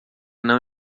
não